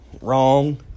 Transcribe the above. Wrong